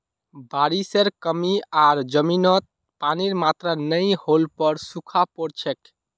बारिशेर कमी आर जमीनत पानीर मात्रा नई होल पर सूखा पोर छेक